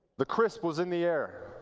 the crisp was in the air.